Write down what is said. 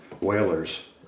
whalers